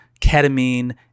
ketamine